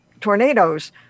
tornadoes